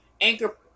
anchor